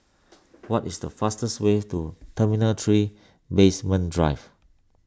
what is the fastest way to Terminal three Basement Drive